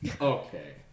Okay